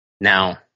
Now